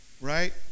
right